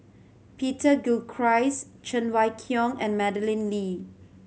Peter Gilchrist Cheng Wai Keung and Madeleine Lee